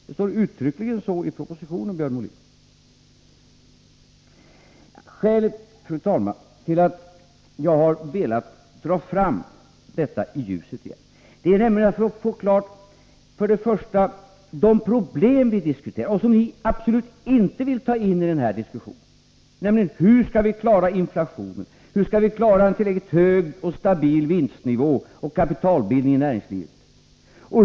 Det står uttryckligen så i propositionen, Björn Molin. Fru talman! Skälet till att jag har velat dra fram detta i ljuset igen är att jag vill få klarhet i de problem vi diskuterar, vilka ni absolut inte vill ta in i den här diskussionen. Hur skall vi klara inflationen? Hur skall vi klara en tillräckligt hög och stabil kapitalbildning och vinstnivå i näringslivet?